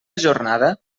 jornada